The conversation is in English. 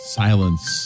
silence